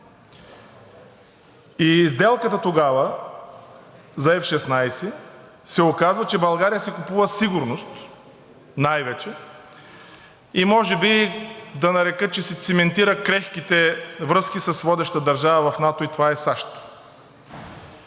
сделката тогава за F-16 се оказва, че България си купува сигурност най-вече. Може би да нарека, че се циментират крехките връзки с водеща държава в НАТО, и това е САЩ.